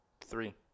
three